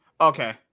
Okay